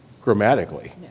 grammatically